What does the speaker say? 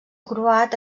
croat